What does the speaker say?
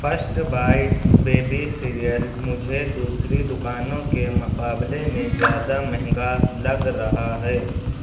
first bites baby cereal مجھے دوسری دکانوں کے مقابلے میں زیادہ مہنگا لگ رہا ہے